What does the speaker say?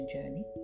Journey